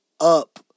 Up